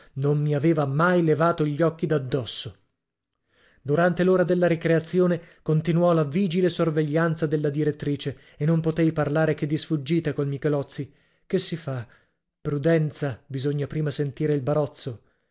non mi aveva mai levato gli occhi da dosso durante l'ora della ricreazione continuò la vigile sorveglianza della direttrice e non potei parlare che di sfuggita col michelozzi che si fa prudenza bisogna prima sentire il barozzo